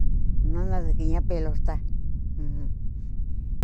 Nanadükuña pelota ujun.